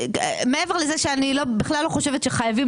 מעבר לזה שאני בכלל לא חושבת שחייבים